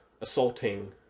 assaulting